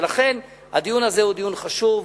ולכן הדיון הזה הוא דיון חשוב,